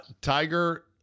Tiger